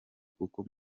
kuko